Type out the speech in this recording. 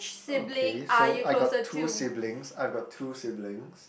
okay so I got two siblings I got two siblings